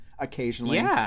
occasionally